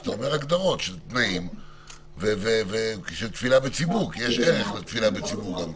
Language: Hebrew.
אתה אומר הגדרות של תנאים לתפילה בציבור כי יש ערך לתפילה בציבור גם כן.